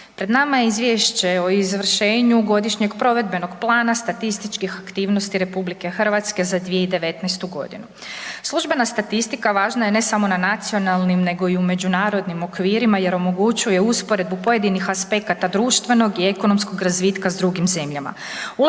Pred nama je Izvješće o izvršenju godišnjeg provedbenog plana statističkih aktivnosti RH za 2019.g. Službena statistika važna je važna ne samo na nacionalnim nego i u međunarodnim okvirima jer omogućuje usporedbu pojedinih aspekata društvenog i ekonomskog razvitka s drugim zemljama.